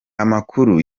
amakuru